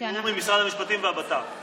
שזה בתיאום עם משרד המשפטים והבט"פ.